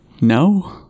No